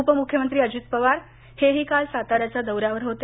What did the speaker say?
उपमुख्यमंत्री अजित पवार हेही काल साताऱ्याच्या दौऱ्यावर होते